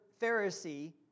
Pharisee